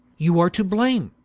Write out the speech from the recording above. you are too blame,